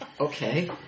okay